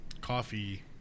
coffee